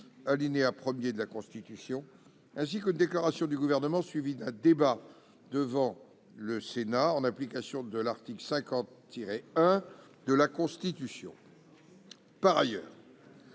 alinéa 1, de la Constitution, ainsi qu'une déclaration du Gouvernement suivie d'un débat devant le Sénat, en application de l'article 50-1 de la Constitution.